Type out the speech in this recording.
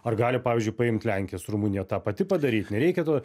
ar gali pavyzdžiui paimt lenkija su rumunija tą pati padaryt nereikia to